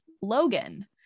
Logan